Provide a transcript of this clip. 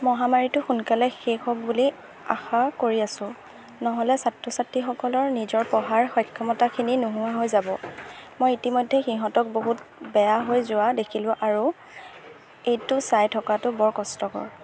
মহামাৰীটো সোনকালে শেষ হওক বুলি আশা কৰি আছোঁ নহ'লে ছাত্ৰ ছাত্ৰীসকলৰ নিজৰ পঢ়াৰ সক্ষমতাখিনি নোহোৱা হৈ যাব মই ইতিমধ্যে সিহঁতক বহুত বেয়া হৈ যোৱা দেখিলোঁ আৰু এইটো চাই থকাটো বৰ কষ্টকৰ